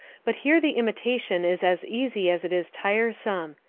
but here the imitation is as easy as it is tiresome.